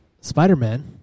Spider-Man